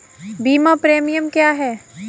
बीमा प्रीमियम क्या है?